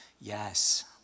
yes